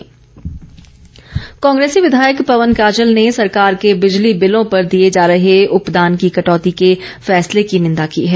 पवन काजल कांग्रेसी विधायक पवन काजल ने सरकार के बिजली बिलों पर दिए जा रहे उपदान की कटौती के फैसले की निंदा की है